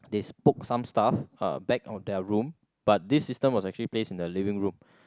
they spoke some stuff uh back on their room but this system was actually placed in their living room